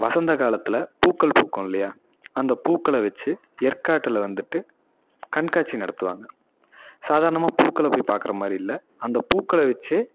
வசந்த காலத்தில் பூக்கள் பூக்கும் இல்லையா அந்த பூக்களை வச்சு ஏற்காட்டில் வந்துட்டு கண்காட்சி நடத்துவாங்க சாதாரணமாக பூக்களை போய் பார்க்குற மாதிரி இல்லை அந்த பூக்களை வச்சு